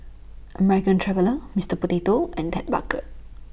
American Traveller Mister Potato and Ted Barker